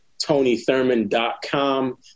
TonyThurman.com